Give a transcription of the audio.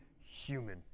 human